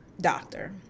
doctor